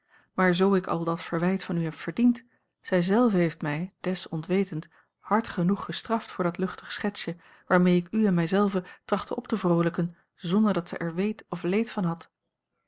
maar zoo ik àl dat verwijt van u heb verdiend zij zelve heeft mij des onwetend hard genoeg gestraft voor dat luchtig schetsje waarmee ik u en mij zelve trachtte op te vroolijken zonder dat zij er weet of leed van had